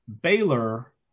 Baylor